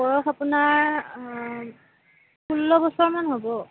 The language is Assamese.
বয়স আপোনাৰ ষোল্ল বছৰমান হ'ব